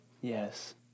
Yes